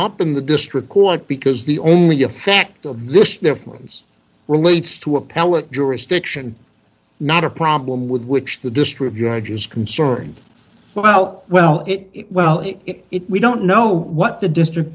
up in the district court because the only effect of this there forms relates to appellate jurisdiction not a problem with which the distributors concerned well well well we don't know what the district